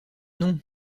non